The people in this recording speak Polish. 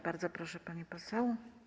Bardzo proszę, pani poseł.